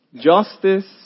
justice